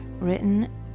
written